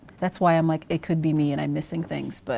that's why i'm like it could be me and i'm missing things. but